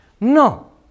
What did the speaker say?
No